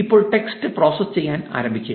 ഇപ്പോൾ text process ചെയ്യാൻ ആരംഭിക്കുക